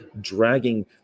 dragging